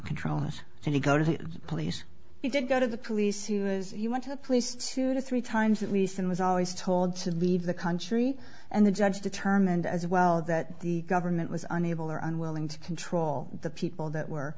control this and to go to the police he did go to the police he was he went to the police two to three times at least and was always told to leave the country and the judge determined as well that the government was unable or unwilling to control the people that were